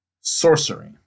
Sorcery